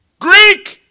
Greek